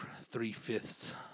three-fifths